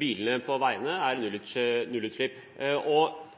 bilene på veiene har nullutslipp. Transnova er